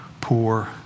poor